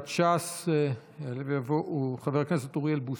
סיעת ש"ס יעלה ויבוא חבר הכנסת אוריאל בוסו.